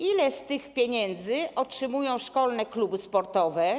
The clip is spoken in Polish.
Ile z tych pieniędzy otrzymują szkolne kluby sportowe?